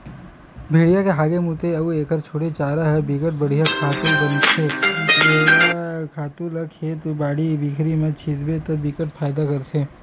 भेड़िया के हागे, मूते अउ एखर छोड़े चारा ह बिकट बड़िहा खातू बनथे ए खातू ल खेत, बाड़ी बखरी म छितबे त बिकट फायदा करथे